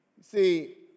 see